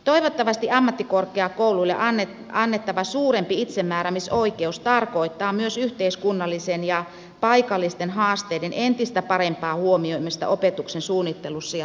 toivottavasti ammattikorkeakouluille annettava suurempi itsemääräämisoikeus tarkoittaa myös yhteiskunnallisten ja paikallisten haasteiden entistä parempaa huomioimista opetuksen suunnittelussa ja toteutuksessa